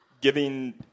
giving